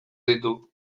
ditu